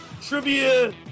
trivia